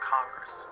Congress